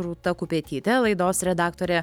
rūta kupetytė laidos redaktorė